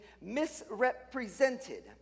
misrepresented